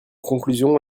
conclusion